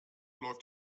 läuft